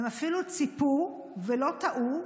הם אפילו ציפו, ולא טעו,